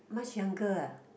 much younger ah